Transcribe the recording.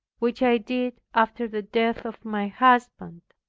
which i did after the death of my husband.